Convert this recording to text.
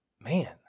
man